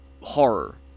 horror